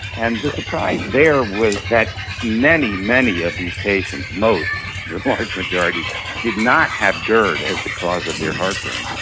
and the surprise there was that many, many of these patients, most, the large majority did not have gerd as the cause of their heartburn.